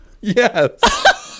Yes